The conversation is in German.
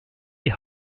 die